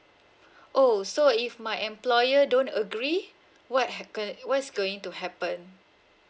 oh so if my employer don't agree what happen what's going to happen